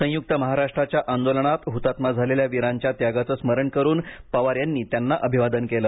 संयुक्त महाराष्ट्राच्या आंदोलनात हुतात्मा झालेल्या वीरांच्या त्यागाचं स्मरण करुन पवार यांनी त्यांना अभिवादन केलं